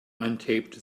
untaped